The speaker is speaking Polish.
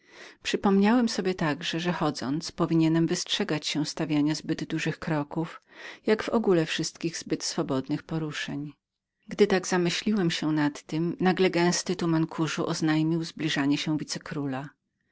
przypomniałem sobie także że chodząc powinienem był wystrzegać się stawiania zbyt szerokich kroków jak w ogóle wszelkich zbyt wolnych poruszeń gdy tak zapuściłem się w te uwagi nagle gęsty tuman kurzu oznajmił nam zbliżanie się